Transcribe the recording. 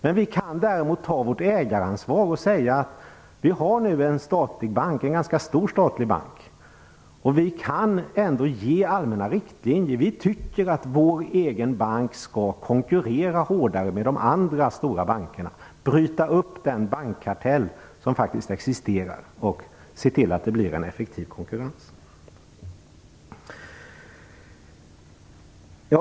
Vi kan däremot ta vårt ägaransvar och säga att vi har en ganska stor statlig bank, och vi kan ändå ge allmänna riktlinjer. Vi tycker att vår egen bank skall konkurrera hårdare med de andra stora bankerna, bryta upp den bankkartell som faktiskt existerar och se till att det blir en effektiv konkurrens.